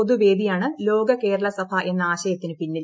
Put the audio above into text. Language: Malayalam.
പൊതുവേദിയാണ് ലോക കേരള സഭ എന്ന ആശയത്തിനു പിന്നിൽ